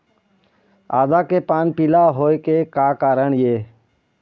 आदा के पान पिला होय के का कारण ये?